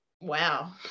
wow